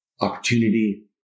opportunity